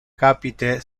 capite